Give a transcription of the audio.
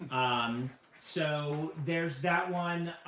um so there's that one.